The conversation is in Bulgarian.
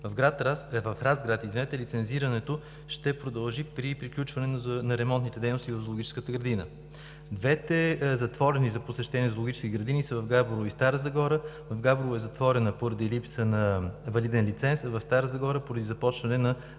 В Разград лицензирането ще продължи при приключване на ремонтните дейности в зоологическата градина. Двете затворени за посещения зоологически градини са в Габрово и Стара Загора. В Габрово е затворена поради липса на валиден лиценз, а в Стара Загора поради започване на